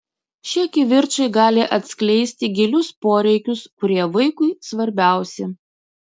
šie kivirčai gali atskleisti gilius poreikius kurie vaikui svarbiausi